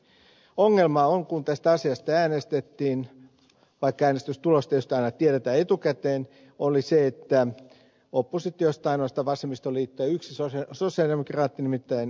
ongelma kun tästä asiasta äänestettiin vaikka äänestystulos tietysti aina tiedetään etukäteen oli se että oppositiosta ainoastaan vasemmistoliitto ja yksi sosialidemokraatti nimittäin ed